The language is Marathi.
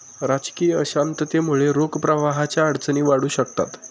राजकीय अशांततेमुळे रोख प्रवाहाच्या अडचणी वाढू शकतात